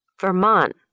Vermont